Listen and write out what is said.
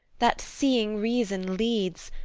that seeing reason leads,